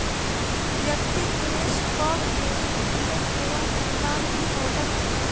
व्यक्ति निवेश कअ के वित्तीय सेवा के लाभ उठौलक